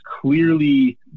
clearly